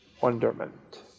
wonderment